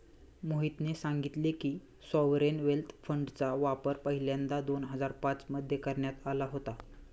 मोहितने सांगितले की, सॉवरेन वेल्थ फंडचा वापर पहिल्यांदा दोन हजार पाच मध्ये करण्यात आला होता